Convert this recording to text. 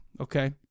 okay